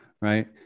right